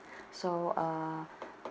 so uh